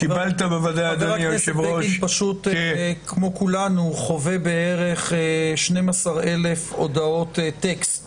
חבר הכנסת בגין פשוט כמו כולנו חווה בערך 12,000 הודעות טקסט